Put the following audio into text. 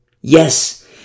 Yes